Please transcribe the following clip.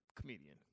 Comedian